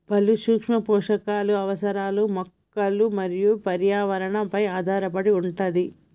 పలు సూక్ష్మ పోషకాలు అవసరాలు మొక్క మరియు పర్యావరణ పై ఆధారపడి వుంటది